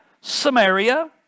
Samaria